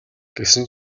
гэсэн